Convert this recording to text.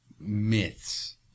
myths